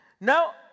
Now